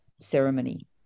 ceremony